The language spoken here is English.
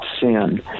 sin